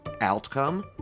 outcome